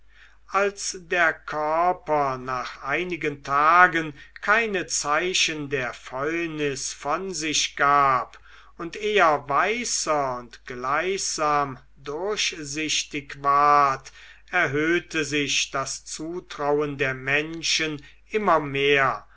als der körper nach einigen tagen keine zeichen der fäulnis von sich gab und eher weißer und gleichsam durchsichtig ward erhöhte sich das zutrauen der menschen immer mehr